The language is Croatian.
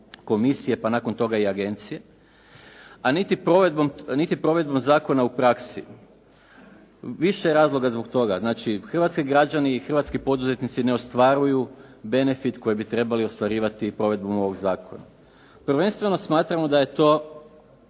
komisije, pa nakon toga i agencije, a niti provedbom zakona u praksi. Više je razloga zbog toga. Znači, hrvatski građani i hrvatski poduzetnici ne ostvaruju benefit koji bi trebali ostvarivati provedbom ovog zakona. Prvenstveno smatramo da je to